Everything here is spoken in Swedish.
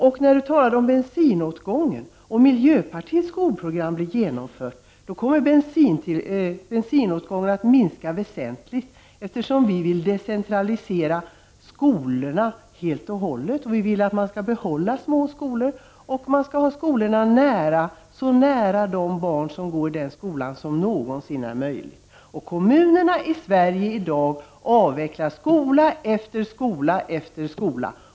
Björn Samuelson talade också om bensinåtgången, men om miljöpartiets skolprogram blir genomfört, kommer bensinåtgången att minska väsentligt, eftersom vi vill decentralisera skolorna helt och hållet. Vi vill att man skall behålla små skolor och att skolorna skall ligga så nära barnens hem som någonsin är möjligt. Kommunerna i Sverige i dag avvecklar skola efter skola efter skola.